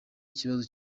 ikibazo